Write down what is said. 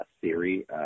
theory